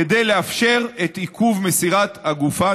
כדי לאפשר את עיכוב מסירת הגופה,